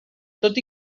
tot